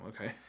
okay